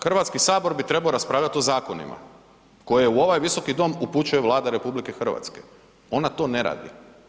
Hrvatski sabor bi trebao raspravljati o zakonima koje u ovaj Visoki dom upućuje Vlada RH, ona to ne radi.